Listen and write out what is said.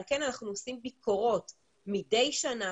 על כן אנחנו עושים ביקורות קבועות מדי שנה,